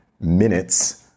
minutes